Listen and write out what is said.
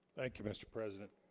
thank you mr. president